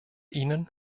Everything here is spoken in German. ihnen